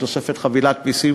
בתוספת חבילת מסים,